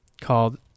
called